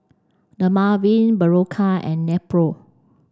Dermaveen Berocca and Nepro